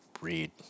read